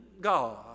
God